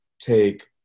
take